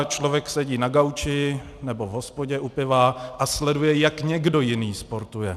Člověk sedí na gauči nebo v hospodě u piva a sleduje, jak někdo jiný sportuje.